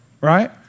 Right